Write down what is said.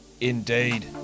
indeed